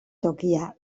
tokia